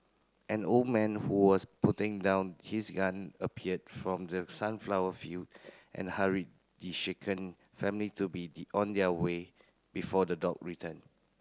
an old man who was putting down his gun appeared from the sunflower field and hurried the shaken family to be the on their way before the dog return